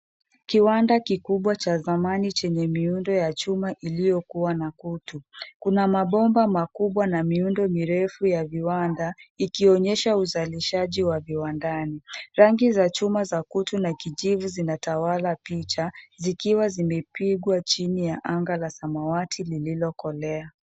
Kiwanda kikubwa cha zamani chenye miundo ya chuma iliyokuwa na kutu. Kuna mabomba makubwa na miundo mirefu ya viwanda ikionyesha uzalishaji wa viwandani. Rangi za chuma za kutu na kijivu zinatawala picha zikiwa zimepigwa chini ya anga la samawati lililokolea.